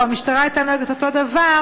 או האם המשטרה הייתה נוהגת אותו דבר,